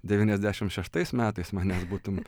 devyniasdešim šeštais metais manęs būtum